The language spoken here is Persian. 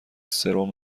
سرم